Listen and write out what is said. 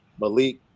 Malik